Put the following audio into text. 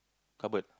cupboard